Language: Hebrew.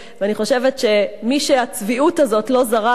אני חושבת שמי שהצביעות הזאת לא זרה לו,